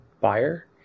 buyer